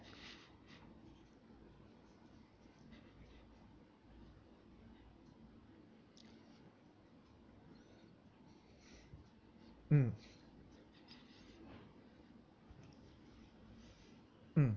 mm mm